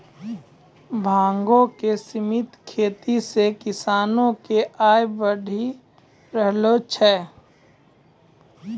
भांगो के सिमित खेती से किसानो के आय बढ़ी रहलो छै